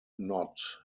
not